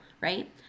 right